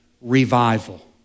revival